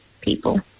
people